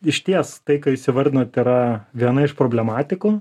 išties tai ką jūs įvardinot yra viena iš problematikų